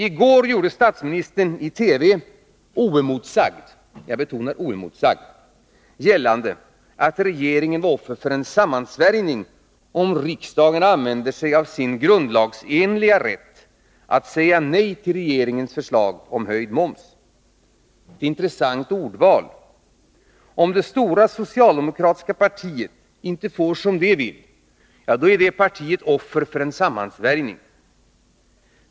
I går gjorde statsministern i TV oemotsagd — jag betonar det — gällande att regeringen var offer för en sammansvärjning om riksdagen använde sig av sin grundlagsenliga rätt att säga nej till regeringens förslag om höjd moms. Det var ett intressant ordval. Om det stora socialdemokratiska partiet inte får som det vill är det offer för en sammansvärjning!